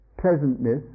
pleasantness